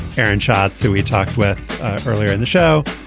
aaron shots who we talked with earlier in the show.